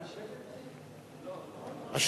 לא, נכון?